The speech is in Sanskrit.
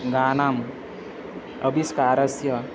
गानाम् आविष्कारस्य